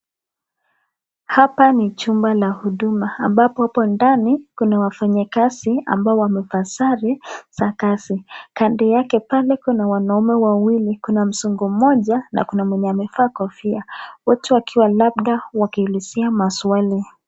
Hapa ni chumba la huduma ambapo hapo ndani kuna wafanyakazi ambao wamevaa sare za kazi. Kando yake pale kuna wanaume wawili, kuna mzungu mmoja na kuna mwenye amevaa kofia wote wakiwa labda wakiulizia maswali.